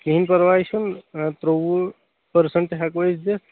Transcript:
کِہیٖنٛۍ پرواے چھُ نہٕ ترٛۆوُہ پرٛسنٛٹ ہیٚکو أسۍ دِتھ